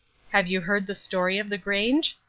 have you heard the story of the grange?